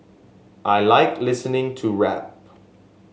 I like listening to rap